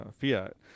fiat